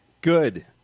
good